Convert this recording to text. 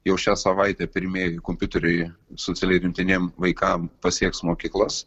jau šią savaitę pirmieji kompiuteriai socialiai remtiniem vaikam pasieks mokyklas